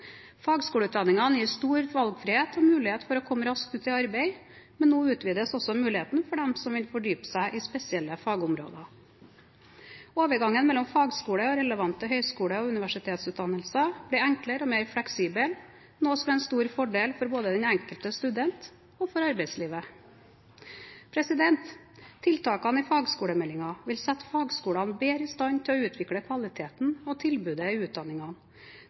gir stor valgfrihet og mulighet for å komme raskt ut i arbeid, men nå utvides også mulighetene for dem som vil fordype seg i spesielle fagområder. Overgangene mellom fagskole og relevante høyskole- og universitetsutdannelser blir enklere og mer fleksible, noe som er en stor fordel både for den enkelte student og for arbeidslivet. Tiltakene i fagskolemeldingen vil sette fagskolene bedre i stand til å utvikle kvaliteten og tilbudet i